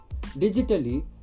digitally